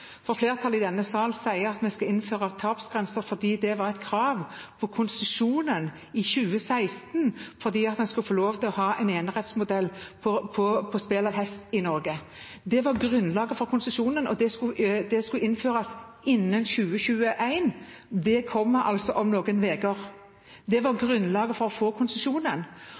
for flertallet i denne sal sier at vi skal innføre tapsgrensen fordi det var et krav for konsesjonen i 2016, for at en skulle få lov til å ha en enerettsmodell for spill på hest i Norge. Det var grunnlaget for konsesjonen, og det skulle innføres innen 2021. Det kommer altså om noen uker. Det var grunnlaget for å få konsesjonen,